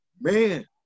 man